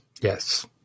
Yes